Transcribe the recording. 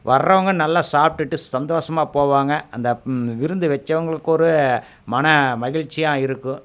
வர்றவங்க நல்லா சாப்பிடுட்டு சந்தோஷமாக போவாங்க அந்த விருந்து வச்சவுங்களுக்கு ஒரு மன மகிழ்ச்சியாக இருக்கும்